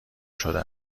شده